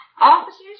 Officers